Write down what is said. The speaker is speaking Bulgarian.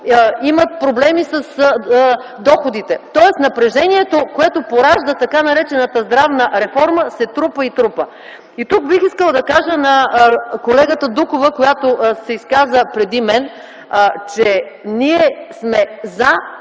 имат проблеми с доходите. Тоест напрежението, което поражда така наречената здравна реформа, се трупа и трупа. Тук бих искала да кажа на колегата Дукова, която се изказа преди мен, че ние сме за